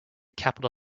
capital